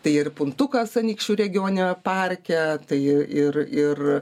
tai ir puntukas anykščių regioniniame parke tai ir ir